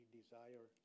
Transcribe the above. desire